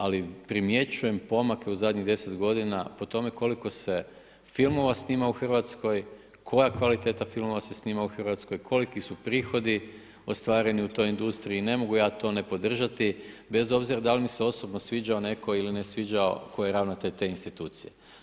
Ali, primjećujem pomake u zadnjih 10 g. o tome koliko se filmova snima u Hrvatskoj, koja kvaliteta filmova se snima u Hrvatskoj, koliki su prihodi ostvareni u toj industriji i ne mogu ja to nepodržani, bez obzira da li mi se osobno sviđao netko ili ne sviđao tko je ravnatelj te institucije.